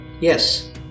yes